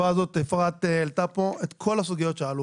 אפרת העלתה פה את כל הסוגיות שעלו.